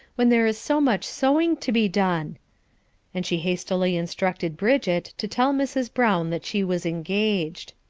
when there is so much sewing to be done and she hastily instructed bridget to tell mrs. brown that she was engaged.